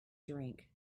drink